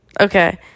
Okay